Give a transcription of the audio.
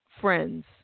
friends